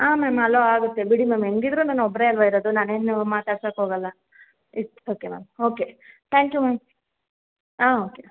ಆಂ ma'am ಅಲೋ ಆಗುತ್ತೆ ಬಿಡಿ ಮ್ಯಾಮ್ ಹೆಂಗಿದ್ರು ನಾನು ಒಬ್ಬರೇ ಅಲ್ವಾ ಇರೋದು ನಾನೇನು ಮಾತಾಡಿಸಕ್ಕೋಗಲ್ಲ it's okay ma'am okay thank you ma'am ಆಂ ಓಕೆ